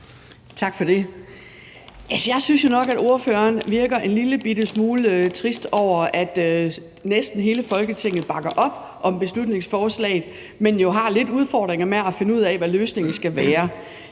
Tak for det. Altså, jeg synes jo nok, at ordføreren virker en lillebitte smule trist over, at næsten hele Folketinget bakker op om beslutningsforslaget, men har lidt udfordringer med at finde ud af, hvad løsningen skal være.